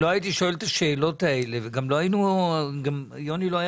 לא הייתי שואל את השאלות האלה וגם יוני לא היה